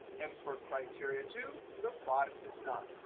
and for criteria two, the product is not.